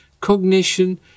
cognition